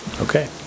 Okay